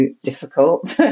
difficult